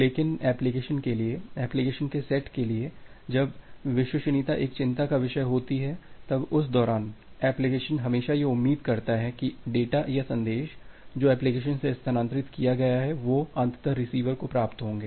लेकिन एप्लीकेशन के लिए एप्लीकेशन के सेट के लिए जब विश्वसनीयता एक चिंता का विषय होती है तब उस दौरान एप्लीकेशन हमेशा यह उम्मीद करता है कि डेटा या संदेश जो एप्लीकेशन से स्थानांतरित किया गया है वे अंततः रिसीवर को प्राप्त होंगे